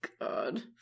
God